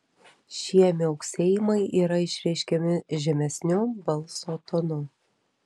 šie miauksėjimai yra išreiškiami žemesniu balso tonu